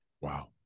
Wow